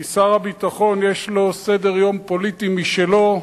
כי לשר הביטחון יש סדר-יום פוליטי משלו,